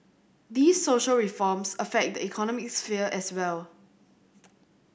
these social reforms affect the economic sphere as well